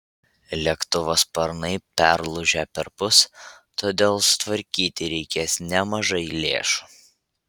lėktuvo sparnai perlūžę perpus todėl sutvarkyti reikės nemažai lėšų